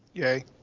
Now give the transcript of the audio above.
yea.